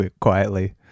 quietly